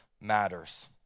matters